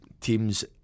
teams